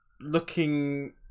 looking